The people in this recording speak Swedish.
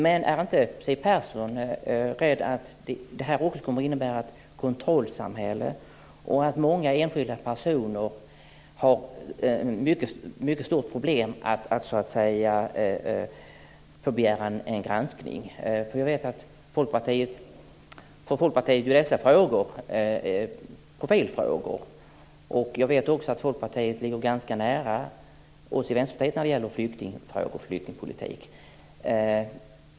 Men är inte Siw Persson rädd för att det också kommer att innebära ett kontrollsamhälle och att många enskilda personer kommer att ha stora problem att begära en granskning? Jag vet att för Folkpartiet är dessa frågor profilfrågor. Jag vet också att Folkpartiet ligger ganska nära oss i Vänsterpartiet när det gäller flyktingfrågor och flyktingpolitik.